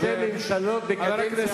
אין שתי ממשלות בקדנציה אחת.